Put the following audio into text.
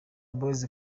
boyz